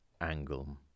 angle